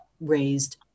raised